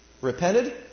repented